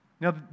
Now